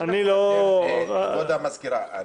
כבוד המזכירה,